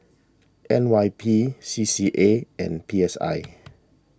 N Y P C C A and P S I